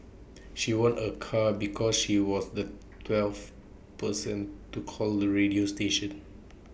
she won A car because she was the twelfth person to call the radio station